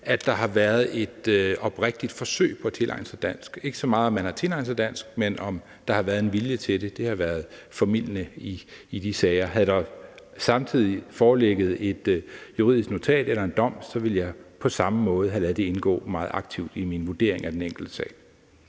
at der har været et oprigtigt forsøg på at tilegne sig dansk. Det har ikke så meget været, om man har tilegnet sig dansk, men om der har været en vilje til det. Det har været formildende i de sager. Havde der samtidig foreligget et juridisk notat eller en dom, ville jeg på samme måde have ladet det indgå meget aktivt i min vurdering af den enkelte sag.